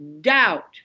doubt